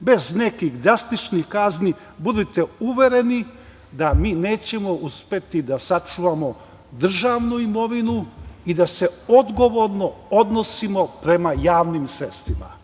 Bez nekih drastičnih kazni, budite uvereni da mi nećemo uspeti da sačuvamo državnu imovinu i da se odgovorno odnosimo prema javnim sredstvima.